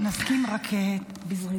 נסכים, רק בזריזות, בבקשה.